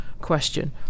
question